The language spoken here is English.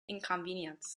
inconvenience